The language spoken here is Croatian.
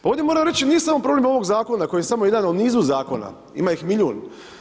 Pa ovdje moram reći nije samo problem ovoga zakona koji je samo jedan u nizu zakona, ima ih milijun.